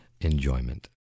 enjoyment